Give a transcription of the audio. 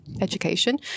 education